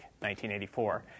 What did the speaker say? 1984